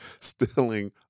stealing